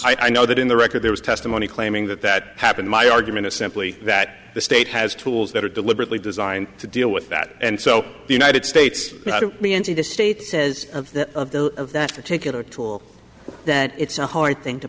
examples i know that in the record there was testimony claiming that that happened my argument is simply that the state has tools that are deliberately designed to deal with that and so the united states the state says of that of that particular tool that it's a hard thing to